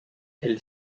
elle